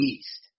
East